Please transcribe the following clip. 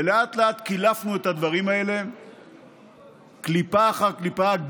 ולאט לאט קילפנו את הדברים האלה קליפה אחר קליפה,